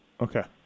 Okay